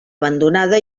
abandonada